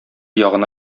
ягына